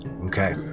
Okay